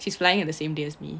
she's flying on the same day as me